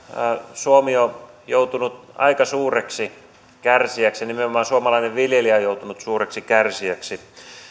suomi on joutunut aika suureksi kärsijäksi nimenomaan suomalainen viljelijä on joutunut suureksi kärsijäksi